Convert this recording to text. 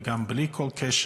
וגם בלי כל קשר.